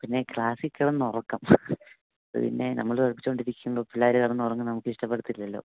പിന്നെ ക്ലാസിൽ കിടന്ന് ഉറക്കം അത് പിന്നെ നമ്മൾ പഠിപ്പിച്ച് കൊണ്ടിരിക്കുമ്പോൾ പിള്ളേരൊക്കെ കിടന്ന് ഉറങ്ങുന്നത് നമുക്ക് ഇഷ്ടപ്പെടത്തില്ലല്ലോ